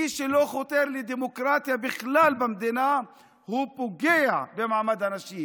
מי שלא חותר לדמוקרטיה בכלל במדינה פוגע במעמד הנשים.